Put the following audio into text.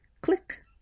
click